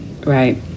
right